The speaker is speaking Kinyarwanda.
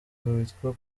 witwa